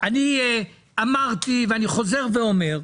אמרתי ואני חוזר ואומר,